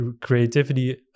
creativity